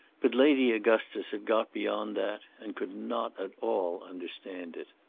but lady augustus had got beyond that and could not at all understand it.